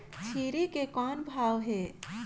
छेरी के कौन भाव हे?